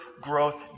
growth